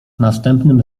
następnym